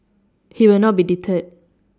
he will not be deterred